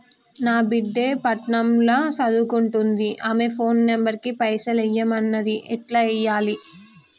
నా బిడ్డే పట్నం ల సదువుకుంటుంది ఆమె ఫోన్ నంబర్ కి పైసల్ ఎయ్యమన్నది ఎట్ల ఎయ్యాలి?